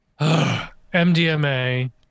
MDMA